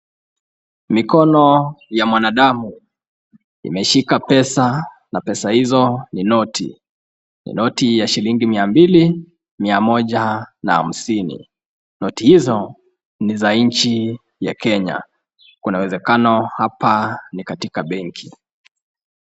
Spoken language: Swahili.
Mikono ya mwanadamu imeshika pesa na pesa hizo ni noti. Noti ya shilingi mia mbili, mia moja na hamsini. Noti hizo ni za nchi ya Kenya. Kuna uwezekano hapa ni katika benki.